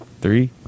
Three